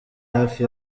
hafi